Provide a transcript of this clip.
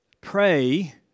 pray